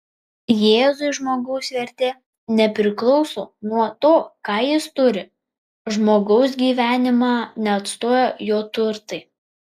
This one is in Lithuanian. jėzui žmogaus vertė nepriklauso nuo to ką jis turi žmogaus gyvenimą neatstoja jo turtai